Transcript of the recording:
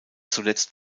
zuletzt